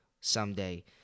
someday